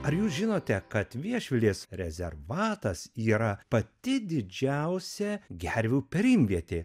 ar jūs žinote kad viešvilės rezervatas yra pati didžiausia gervių perimvietė